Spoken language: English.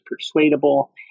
persuadable